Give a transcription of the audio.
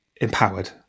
empowered